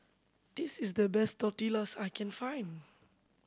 this is the best Tortillas I can find